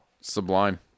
sublime